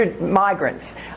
migrants